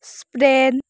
ସ୍ପ୍ରେନ